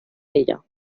ella